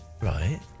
Right